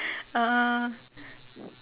uh